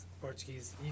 Portuguese